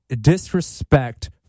disrespect